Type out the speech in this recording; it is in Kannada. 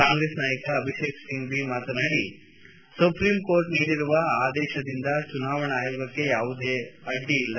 ಕಾಂಗ್ರೆಸ್ ನಾಯಕ ಅಭಿಷೇಕ್ ಮನು ಸಿಂಫ್ಟಿ ಮಾತನಾಡಿ ಸುಪ್ರೀಂ ಕೋರ್ಟ್ ನೀಡಿರುವ ಆದೇಶದಿಂದ ಚುನಾವಣೆ ಆಯೋಗಕ್ಕೆ ಯಾವುದೇ ಅಡ್ಡಿ ಇಲ್ಲ